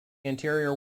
anterior